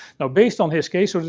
now, based on his case. sort of